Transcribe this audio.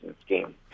scheme